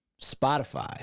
Spotify